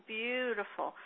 beautiful